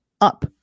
up